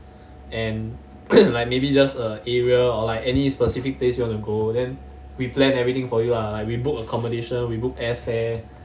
and like maybe just a area or like any specific place you wanna go then we plan everything for you ah like we book accommodation we book airfare